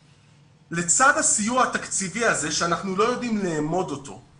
לצד הסיוע התקציבי הזה שאנחנו לא יודעים לאמוד אותו,